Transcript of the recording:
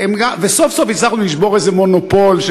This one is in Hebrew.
וסוף-סוף הצלחנו לשבור איזה מונופול,